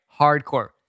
Hardcore